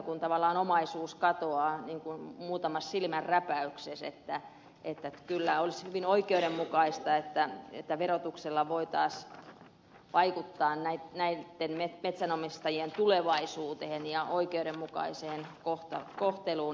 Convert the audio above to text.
kun tavallaan omaisuus katoaa muutamassa silmänräpäyksessä niin että olisi hyvin oikeudenmukaista että verotuksella voitaisiin vaikuttaa näitten metsäomistajien tulevaisuuteen ja oikeudenmukaiseen kohteluun